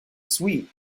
sweet